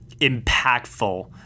impactful